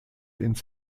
ins